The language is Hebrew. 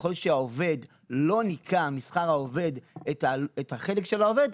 ככל שהמעביד לא ניכה משכר העובד את החלק של העובד,